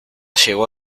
llegó